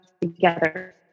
together